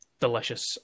delicious